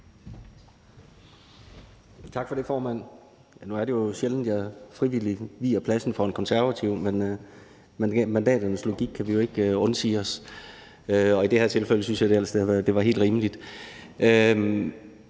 Tak for det, formand. Nu er det jo sjældent, at jeg frivilligt viger pladsen for en konservativ, men mandaternes logik kan vi ikke undsige os, og i det her tilfælde synes jeg, det var helt rimeligt.